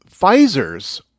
Pfizer's